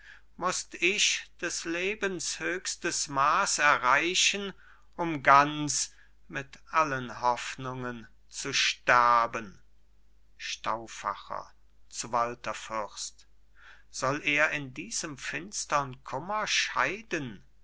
musst ich des lebens höchstes maß erreichen um ganz mit allen hoffnungen zu sterben stauffacher zu walther fürst soll er in diesem finstern kummer scheiden